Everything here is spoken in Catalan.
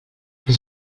que